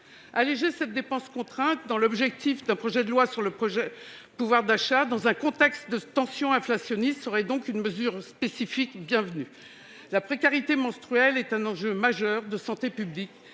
Alléger cette dépense dans le cadre d'un projet de loi sur le pouvoir d'achat, dans un contexte de tensions inflationnistes, serait donc une mesure spécifique bienvenue. La précarité menstruelle est un enjeu majeur de santé publique,